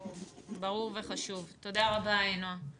<< יור >> יפעת שאשא ביטון (יו"ר הוועדה המיוחדת):